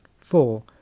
Four